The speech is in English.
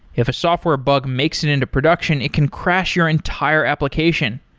if a software bug makes it into production, it can crash your entire application.